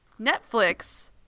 netflix